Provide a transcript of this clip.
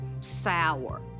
sour